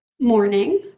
morning